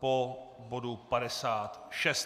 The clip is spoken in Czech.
po bodu 56.